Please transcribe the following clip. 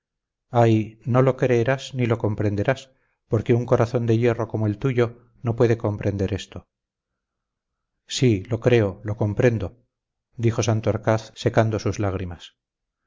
ay no lo creerás ni lo comprenderás porque un corazón de hierro como el tuyo no puede comprender esto sí lo creo lo comprendo dijo santorcaz secando sus lágrimas